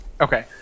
Okay